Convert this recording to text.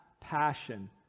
passion